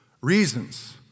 Reasons